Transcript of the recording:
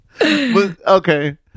Okay